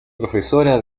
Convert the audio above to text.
profesora